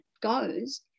goes